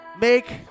Make